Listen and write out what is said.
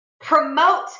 promote